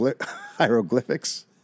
hieroglyphics